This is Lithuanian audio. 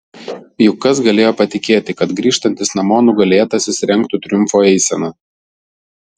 juk kas galėjo patikėti kad grįžtantis namo nugalėtasis rengtų triumfo eiseną